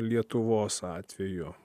lietuvos atveju